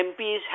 MPs